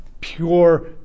pure